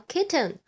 Kitten